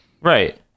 Right